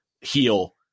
heal